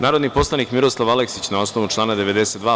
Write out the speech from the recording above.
Narodni poslanik Miroslav Aleksić na osnovu člana 92.